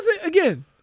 Again